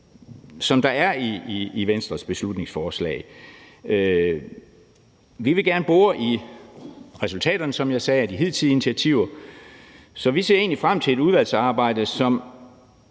som der er i Venstres beslutningsforslag. Vi vil gerne bore i resultaterne, som jeg sagde, og de hidtidige initiativer, så vi ser egentlig frem til et udvalgsarbejde,